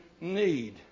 need